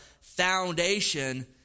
foundation